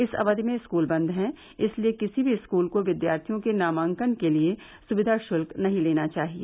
इस अवधि में स्कूल बंद हैं इसलिए किसी भी स्कूल को विद्यार्थियों के नामांकन के लिए सुविधा शुल्क नहीं लेना चाहिए